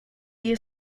you